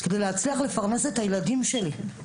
כדי להצליח לפרנס את הילדים שלי,